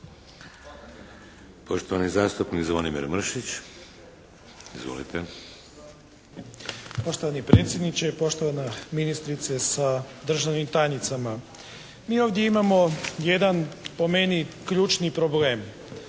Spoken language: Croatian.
Poštovani zastupnik Zvonimir Mršić. Izvolite. **Mršić, Zvonimir (SDP)** Poštovani predsjedniče, poštovana ministrice sa državnim tajnicama. Mi ovdje imamo jedan po meni ključni problem.